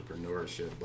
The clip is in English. entrepreneurship